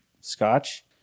scotch